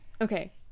Okay